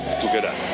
together